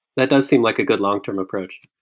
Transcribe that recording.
that does seem like a good long-term approach.